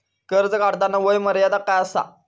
कर्ज काढताना वय मर्यादा काय आसा?